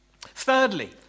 Thirdly